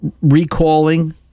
recalling